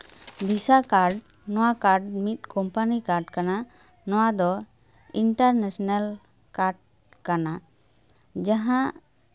ᱵᱷᱤᱥᱟ card ᱱᱚᱣᱟ card ᱢᱤᱫ company card ᱠᱟᱱᱟ ᱱᱚᱣᱟ ᱫᱚ ᱤᱱᱴᱟᱨᱱᱮᱥᱮᱱᱮᱞ ᱠᱟᱨᱰ ᱠᱟᱱᱟ ᱡᱟᱦᱟᱸ